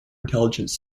intelligence